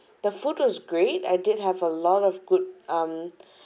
the food was great I did have a lot of good um